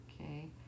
Okay